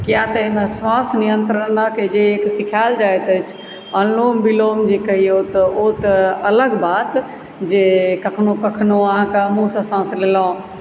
किया तऽएम्हर श्वास नियंत्रणक जे एक सीखाएल जाइत अछि अनुलोम विलोम जे कहियो तऽ ओ तऽ अलग बात जे कखनो कखनो अहाँकेँ मुँहसंँ साँस लेलहुँ